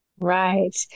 Right